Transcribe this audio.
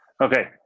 Okay